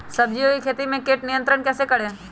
सब्जियों की खेती में कीट नियंत्रण कैसे करें?